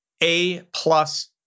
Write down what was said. A-plus